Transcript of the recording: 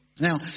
Now